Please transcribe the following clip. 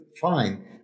Fine